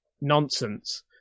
nonsense